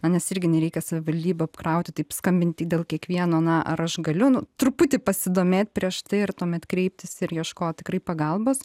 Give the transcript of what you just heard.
nes irgi nereikia savivaldybę apkrauti taip skambinti dėl kiekvieno na ar aš galiu n truputį pasidomėt prieš tai ir tuomet kreiptis ir ieškot tikrai pagalbos